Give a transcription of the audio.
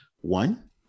One